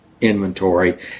inventory